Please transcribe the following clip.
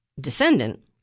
descendant